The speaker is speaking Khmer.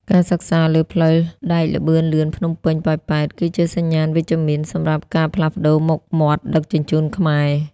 ការសិក្សាលើផ្លូវដែកល្បឿនលឿនភ្នំពេញ-ប៉ោយប៉ែត គឺជាសញ្ញាណវិជ្ជមានសម្រាប់ការផ្លាស់ប្តូរមុខមាត់ដឹកជញ្ជូនខ្មែរ។